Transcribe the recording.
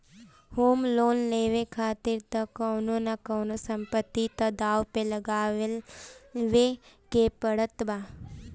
home loan लेवे खातिर तअ कवनो न कवनो संपत्ति तअ दाव पे लगावे के पड़त बा